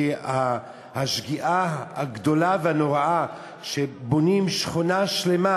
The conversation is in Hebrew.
כי השגיאה הגדולה והנוראה שבונים שכונה שלמה